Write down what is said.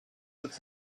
with